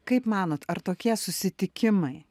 kaip manot ar tokie susitikimai